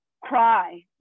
cry